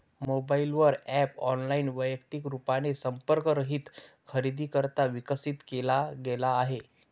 mobile वर app online, वैयक्तिक रूपाने संपर्क रहित खरेदीकरिता विकसित केला गेला आहे